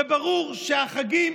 וברור שהחגים,